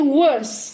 worse